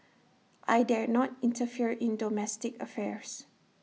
I dare not interfere in domestic affairs